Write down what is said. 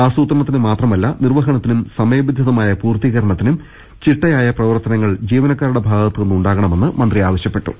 ആസൂത്രണത്തിന് മാത്രമല്ല നിർവഹണ ത്തിനും സമയബന്ധിതമായ പൂർത്തീകരണത്തിനും ചിട്ടയായ പ്രവർത്ത നങ്ങൾ ജീവനക്കാരുടെ ഭാഗത്തുനിന്ന് ഉണ്ടാകണമെന്ന് മന്ത്രി ആവശ്യ പ്പെട്ടു